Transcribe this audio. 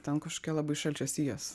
ten kažkokie labai šalčio sijos